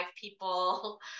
people